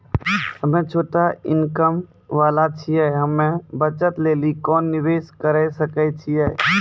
हम्मय छोटा इनकम वाला छियै, हम्मय बचत लेली कोंन निवेश करें सकय छियै?